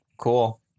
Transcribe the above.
Cool